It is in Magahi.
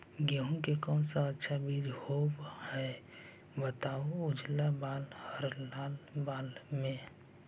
गेहूं के कौन सा अच्छा बीज होव है बताहू, उजला बाल हरलाल बाल में?